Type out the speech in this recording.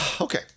Okay